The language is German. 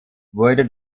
wurde